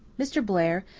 mr. blair,